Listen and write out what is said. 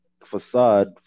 Facade